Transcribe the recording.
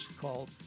called